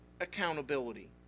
accountability